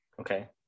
Okay